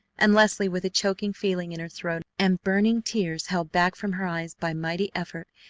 and leslie with a choking feeling in her throat and burning tears held back from her eyes by mighty effort,